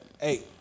Hey